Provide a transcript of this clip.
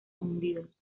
hundidos